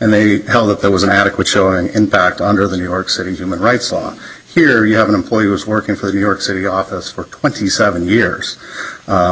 and they held that there was an adequate showing in fact under the new york city human rights on here you have an employee was working for a new york city office for twenty seven years